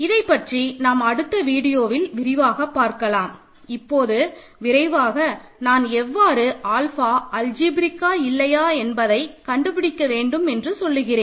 இதைப் பற்றி நாம் அடுத்த வீடியோவில் விரிவாக பார்க்கலாம் இப்போது விரைவாக நான் எவ்வாறு ஆல்ஃபா அல்ஜிப்ரேக்கா இல்லையா என்பதை கண்டுபிடிக்க வேண்டும் என்று சொல்லுகிறேன்